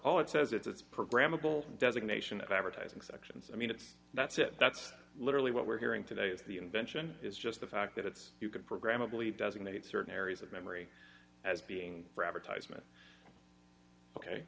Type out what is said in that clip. all it says it's programmable designation advertising sections i mean it's that's it that's literally what we're hearing today is the invention is just the fact that it's you could program a bleep designate certain areas of memory as being for advertisement ok